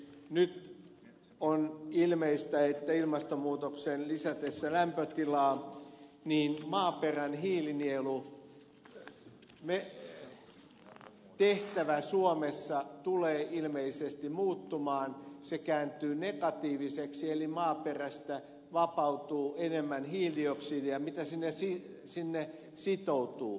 nyt on ilmeistä että ilmastonmuutoksen lisätessä lämpötilaa maaperän hiilinielutehtävä suomessa tulee ilmeisesti muuttumaan se kääntyy negatiiviseksi eli maaperästä vapautuu enemmän hiilidioksidia kuin mitä sinne sitoutuu